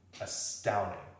astounding